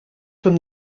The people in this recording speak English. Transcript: from